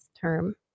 term